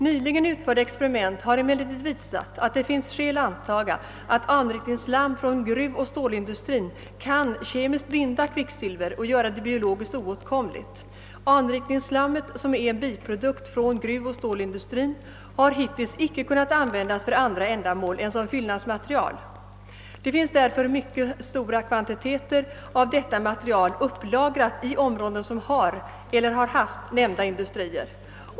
Nyligen utförda experiment har emellertid visat att det finns skäl antaga att anrikningsslam från gruvoch stålindustrin kan kemiskt binda kvicksilver och göra det biologiskt oåtkomligt. Anrikningsslammet, som är en biprodukt från gruvoch stålindustrin, har hittills icke kunnat användas för andra ändamål än som fyllnadsmaterial. Det finns därför mycket stora kvantiteter av detta material upplagrat i områden som har eller har haft nämnda industrier.